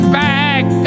back